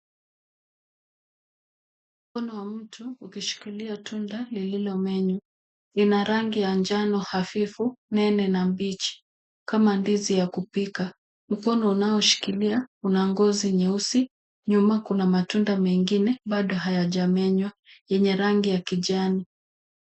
Mkono wa mtu ukishikilia tunda lililomenywa. Ina rangi ya njano hafifu nene na mbichi. Kama ndizi ya kupika. Mkono unaoshikilia una ngozi nyeusi. Nyuma kuna matunda mengine bado hayajamenywa yenye rangi ya kijani.